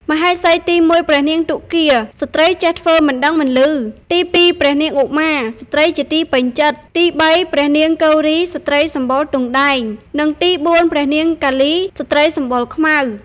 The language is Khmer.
មហេសីទី១ ព្រះនាងទុគ៌ា (ស្ត្រីចេះធ្វើមិនដឹងមិនឮ) ទី២ ព្រះនាងឧមា (ស្រ្តីជាទីពេញចិត្ត) ទី៣ ព្រះនាងគៅរី (ស្ត្រីសម្បុរទង់ដែង) និងទី៤ ព្រះនាងកាលី (ស្ត្រីសម្បុរខ្មៅ)។